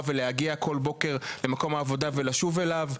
ולהגיע כל בוקר למקום העבודה ולשוב אליו,